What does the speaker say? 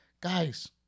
guys